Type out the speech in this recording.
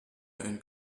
ein